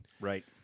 Right